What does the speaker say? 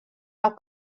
ach